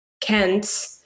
Kent